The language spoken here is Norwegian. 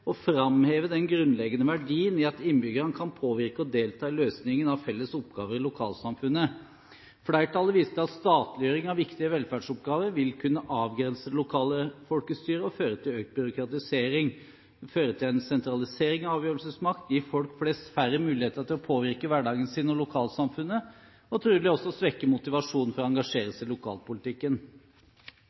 og framhever den grunnleggende verdien i at innbyggerne kan påvirke og delta i løsningen av felles oppgaver i lokalsamfunnet. Flertallet viser til at statliggjøring av viktige velferdsoppgaver vil kunne avgrense det lokale folkestyret, føre til økt byråkratisering, føre til en sentralisering av avgjørelsesmakt, gi folk flest færre muligheter til å påvirke hverdagen sin og lokalsamfunnet og trolig også svekke motivasjonen for å engasjere seg i lokalpolitikken.